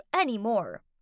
anymore